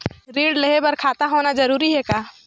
ऋण लेहे बर खाता होना जरूरी ह का?